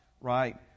right